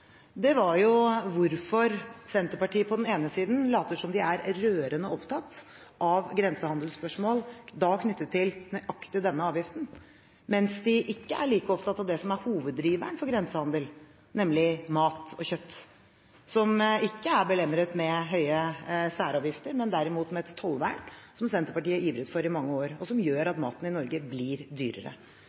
var hvorfor Senterpartiet på den ene siden later som de er rørende opptatt av grensehandelsspørsmål – da knyttet til nøyaktig denne avgiften – mens de ikke er like opptatt av det som er hoveddriveren for grensehandelen, nemlig mat og kjøtt, som ikke er belemret med høye særavgifter, men derimot med et tollvern, som Senterpartiet har ivret for i mange år, og som gjør at maten i Norge blir dyrere.